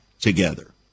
together